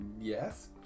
yes